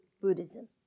Buddhism